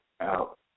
out